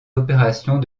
opérations